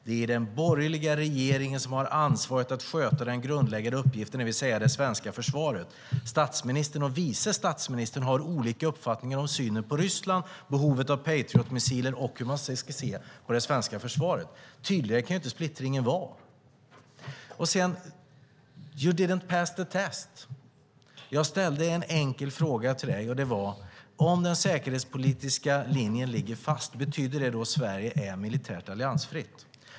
Det är den borgerliga regeringen som har ansvaret för att sköta den grundläggande uppgiften, det vill säga det svenska försvaret. Statsministern och vice statsministern har olika uppfattningar om synen på Ryssland, behovet av patriotmissiler och hur man ska se på det svenska försvaret. Tydligare kan inte splittringen vara. Sedan: You didn't pass the test. Jag ställde en enkel fråga till dig, och det var: Om den säkerhetspolitiska linjen ligger fast, betyder det då att Sverige är militärt alliansfritt?